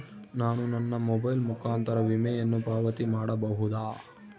ನಾನು ನನ್ನ ಮೊಬೈಲ್ ಮುಖಾಂತರ ವಿಮೆಯನ್ನು ಪಾವತಿ ಮಾಡಬಹುದಾ?